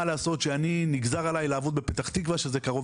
מה לעשות שאני נגזר עליי לעבוד בפתח תקווה שזה קרוב